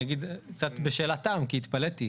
קצת בשאלת תם, כי התפלאתי.